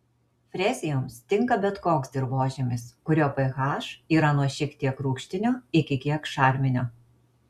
frezijoms tinka bet koks dirvožemis kurio ph yra nuo šiek tiek rūgštinio iki kiek šarminio